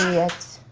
yet.